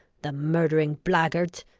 the murdering blackguards!